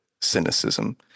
cynicism